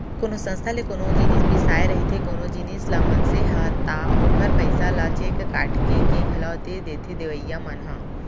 कोनो संस्था ले कोनो जिनिस बिसाए रहिथे कोनो जिनिस ल मनसे ह ता ओखर पइसा ल चेक काटके के घलौ दे देथे देवइया मन ह